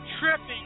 tripping